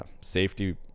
safety